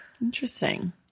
Interesting